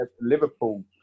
Liverpool